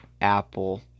Apple